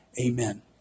Amen